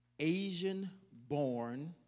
Asian-born